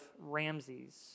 Ramses